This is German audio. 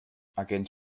agent